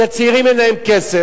כי הצעירים, אין להם כסף,